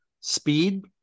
speed